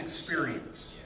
experience